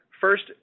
First